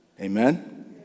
Amen